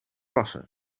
passen